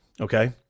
Okay